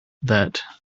that